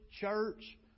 church